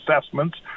assessments